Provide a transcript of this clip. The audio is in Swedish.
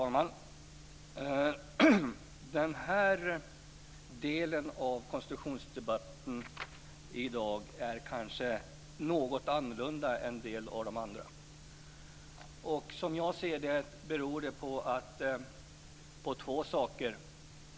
Herr talman! Den här delen av konstitutionsdebatten i dag är något annorlunda än de andra delarna. Det beror på två saker.